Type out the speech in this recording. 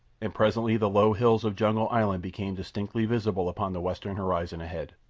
and presently the low hills of jungle island became distinctly visible upon the western horizon ahead.